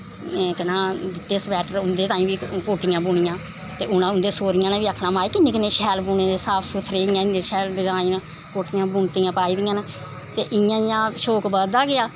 केह् नां दित्ते स्वैट्टर उंदे तांई बी कोटियां बुनियां ते उंदे सौह्रियैं नी बी आखनां किन्नें साफ साफ बुनें दे साफ सुथरे इयां इन्नें शैल डिज़ाईन कोटियां बुनतियां पाई दियां न ते इयां इयां शौक बधदा गेआ